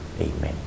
Amen